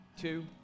two